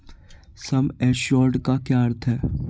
सम assured का क्या अर्थ है?